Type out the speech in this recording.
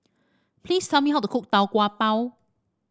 please tell me how to cook Tau Kwa Pau